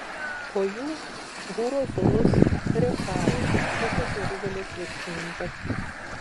po jų hūro sūnus refaja pusės jeruzalės viršininkas